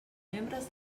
membres